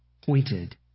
pointed